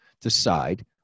decide